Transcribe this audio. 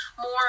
more